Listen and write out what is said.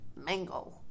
Mango